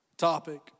topic